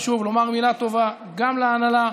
ושוב, לומר מילה טובה גם להנהלה,